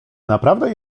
naprawdę